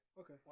Okay